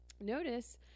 Notice